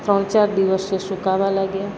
ત્રણ ચાર દિવસે સુકાવા લાગ્યા